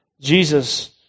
Jesus